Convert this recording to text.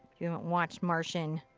you haven't watched martian.